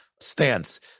stance